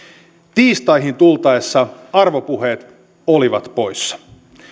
tiistaihin tultaessa arvopuheet olivat poissa